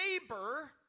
neighbor